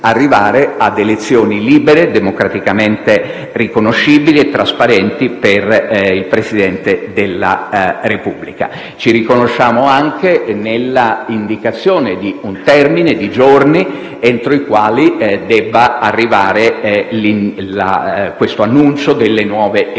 arrivare a elezioni libere, democraticamente riconoscibili e trasparenti per il Presidente della Repubblica. Ci riconosciamo anche nella indicazione di un termine di giorni entro i quali debba arrivare l'annuncio delle nuove elezioni,